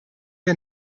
der